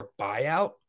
buyout